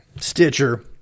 Stitcher